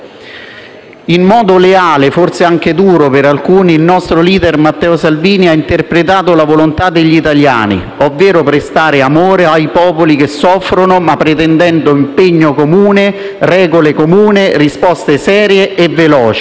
In modo leale, forse anche duro per alcuni, il nostro *leader* Matteo Salvini ha interpretato la volontà degli italiani, ovvero quella di offrire amore ai popoli che soffrono, ma pretendendo impegno comune, regole comuni e risposte serie e veloci.